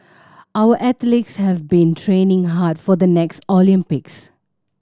our athletes have been training hard for the next Olympics